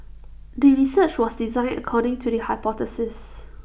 the research was designed according to the hypothesis